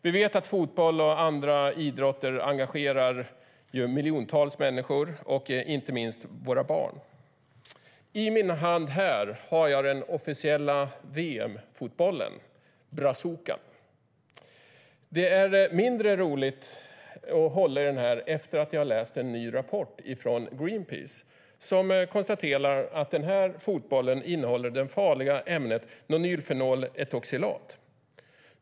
Vi vet att fotboll och andra idrotter engagerar miljontals människor och inte minst våra barn. I min hand här har jag den officiella VM-fotbollen, Brazuca. Det är mindre roligt att hålla i den efter att jag har läst en ny rapport från Greenpeace som konstaterar att den här fotbollen innehåller det farliga ämnet nonylfenoletoxilat.